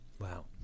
Wow